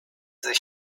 sich